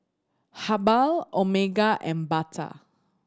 Habhal Omega and Bata